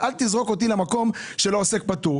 אל תזרוק אותי למקום של לא עוסק פטור.